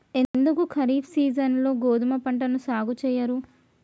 ఎందుకు ఖరీఫ్ సీజన్లో గోధుమ పంటను సాగు చెయ్యరు?